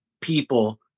people